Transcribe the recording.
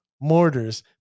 Mortars